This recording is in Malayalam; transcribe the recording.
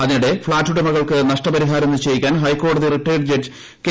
അതിനിടെ ഫ്ളാറ്റുടമകൾക്ക് നഷ്ടപരിഹാരം നിശ്ചയിക്കാൻ ഹൈക്കോടതി റിട്ടയേർഡ് ജഡ്ജ് കെ